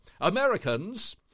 Americans